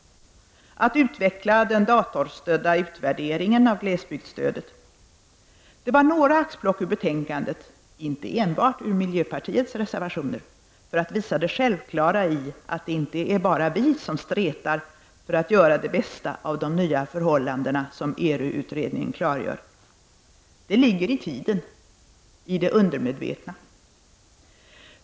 Det var några axplock ur betänkandet, inte enbart ur miljöpartiets reservationer, för att visa det självklara i att det inte är bara vi som stretar för att göra det bästa av de nya förhållanden som ERU-utredningen klargör. Det ligger i tiden, i det undermedvetna.